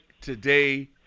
today